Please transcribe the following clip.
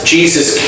Jesus